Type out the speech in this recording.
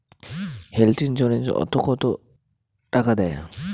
Health insurance ওত কত টাকা দেয়?